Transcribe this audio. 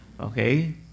Okay